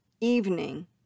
evening